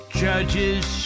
judges